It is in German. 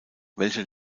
welcher